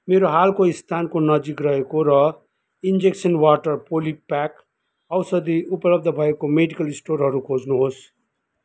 मेरो हालको स्थानको नजिक रहेको र इन्जेक्सन वाटर पोलीप्याक औषधि उपलब्ध भएको मेडिकल स्टोरहरू खोज्नुहोस्